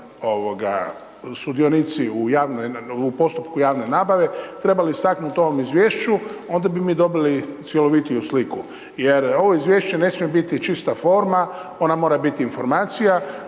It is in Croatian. u javnoj, u postupku javne nabave trebali istaknut u ovom izvješću onda bi mi dobili cjelovitiju sliku. Jer ovo izvješće ne smije biti čista forma, ona mora biti informacija